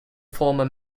former